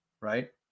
Right